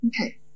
Okay